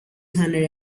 hundred